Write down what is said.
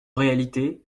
réalité